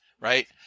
Right